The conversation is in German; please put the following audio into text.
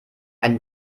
einen